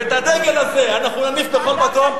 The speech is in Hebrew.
ואת הדגל הזה אנחנו נניף בכל מקום.